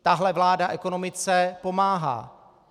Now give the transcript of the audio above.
Tahle vláda ekonomice pomáhá.